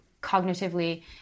cognitively